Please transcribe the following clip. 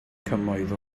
cymoedd